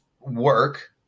work